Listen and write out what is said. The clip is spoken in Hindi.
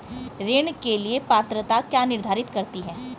ऋण के लिए पात्रता क्या निर्धारित करती है?